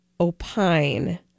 opine